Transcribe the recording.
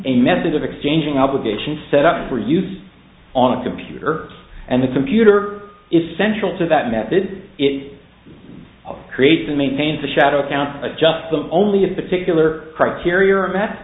a method of exchanging obligation set up for use on a computer and the computer is central to that method it creates and maintains the shadow accounts adjust them only a particular criteria are met